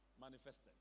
manifested